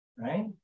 right